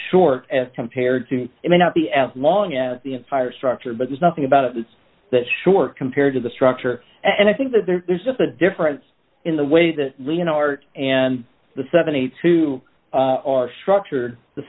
short as compared to it may not be as long as the entire structure but there's nothing about it that short compared to the structure and i think that there's just a difference in the way the leading art and the seventy two are structured the